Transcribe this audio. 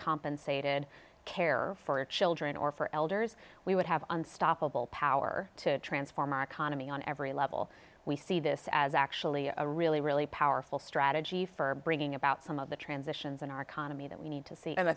uncompensated care for children or for elders we would have unstoppable power to transform our economy on every level we see this as actually a really really powerful strategy for bringing about some of the transitions in our economy that we need to see and i